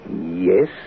Yes